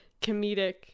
comedic